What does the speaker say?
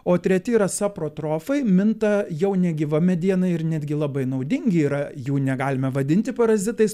o treti yra saprotrofai minta jau negyva mediena ir netgi labai naudingi yra jų negalime vadinti parazitais